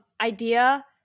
idea